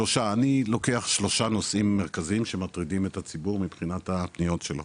אני לוקח שלושה נושאים מרכזיים שמטרידים את הציבור מבחינת הבחינות שלו,